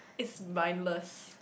it's bindless